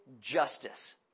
justice